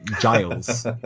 Giles